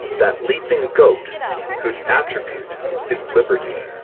that leaping goat whose attribute is liberty.